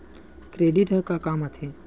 Credit ह का काम आथे?